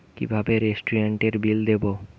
কিভাবে রেস্টুরেন্টের বিল দেবো?